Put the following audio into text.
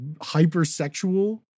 hypersexual